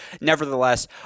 Nevertheless